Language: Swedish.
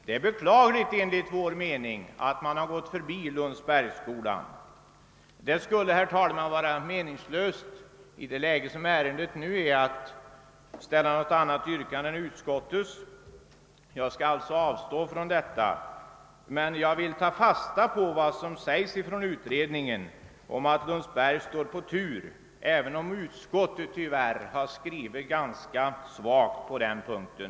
Det är enligt vår mening beklagligt att man har gått förbi Lundsberg. Det skulle, herr talman, i det läge som nu råder vara meningslöst att framställa något annat yrkande än om bifall till utskottets förslag, men jag vill ta fasta på vad som sägs av utredningen om att Lundsberg står i tur, även om utskottet tyvärr skrivit ganska vagt på den punkten.